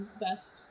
best